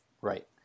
Right